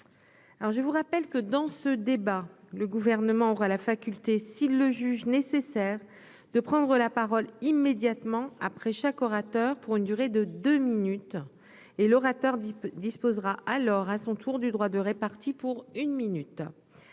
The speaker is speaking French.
je vous rappelle que dans ce débat, le gouvernement aura la faculté s'il le juge nécessaire de prendre la parole immédiatement après chaque orateur pour une durée de 2 minutes et l'orateur du disposera alors à son tour du droit de répartis pour une minute